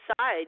Side